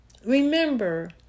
Remember